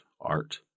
art